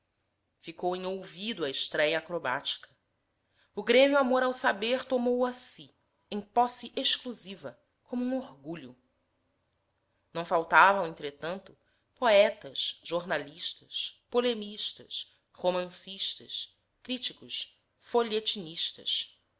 ficou em olvido a estréia acrobática o grêmio amor ao saber tomou-o a si em posse exclusiva como um orgulho não faltavam entretanto poetas jornalistas polemistas romancistas críticos folhetinistas